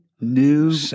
new